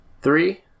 Three